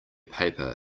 paper